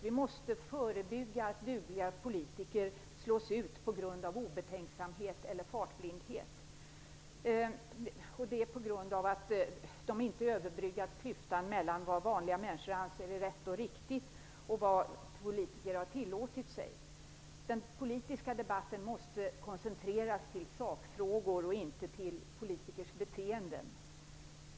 Vi måste förebygga att dugliga politiker slås ut på grund av obetänksamhet, eller fartblindhet, och att de inte har överbryggat klyftan mellan vad vanliga människor anser är rätt och riktigt och vad de själva tillåter sig. Den politiska debatten måste koncentreras till sakfrågor och inte till politikers beteenden.